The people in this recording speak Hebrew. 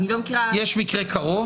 יש מקרה קרוב?